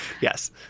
Yes